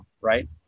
right